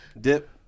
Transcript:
Dip